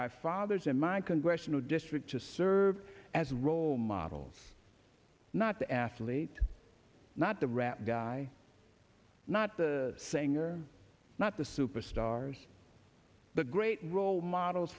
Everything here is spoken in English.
by fathers in my congressional district to serve as role models not the athlete not the rap guy not the saying are not the superstars the great role models